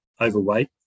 overweight